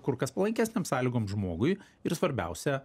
kur kas palankesnėm sąlygom žmogui ir svarbiausia